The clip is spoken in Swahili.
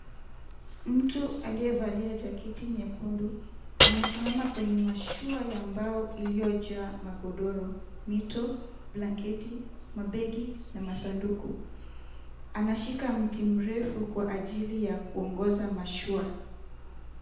Mtu aliyevalia jaketi nyekundu. Amesimama kwenye mashua ya mbao iliyojaa magodoro, mito, blanketi, mabegi na masanduku. Anashika mti mrefu kwa ajili ya kuongoza mashua.